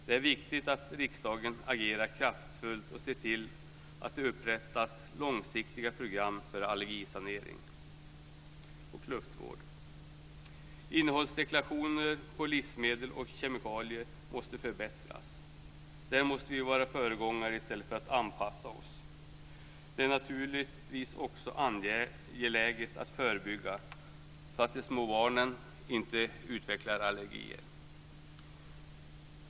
Det är viktigt att riksdagen agerar kraftfullt och ser till att det upprättas långsiktiga program för allergisanering och luftvård. Innehållsdeklarationer på livsmedel och kemikalier måste förbättras. Där måste vi vara föregångare i stället för att anpassa oss. Det är naturligtvis också angeläget att förebygga så att de små barnen inte utvecklar allergier.